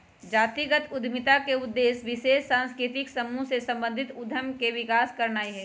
जातिगत उद्यमिता का उद्देश्य विशेष सांस्कृतिक समूह से संबंधित उद्यम के विकास करनाई हई